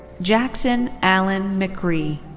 jackson allen mcree.